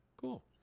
cool